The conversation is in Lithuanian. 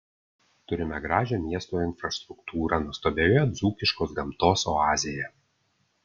turime gražią miesto infrastruktūrą nuostabioje dzūkiškos gamtos oazėje